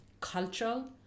cultural